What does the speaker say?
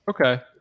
Okay